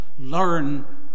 Learn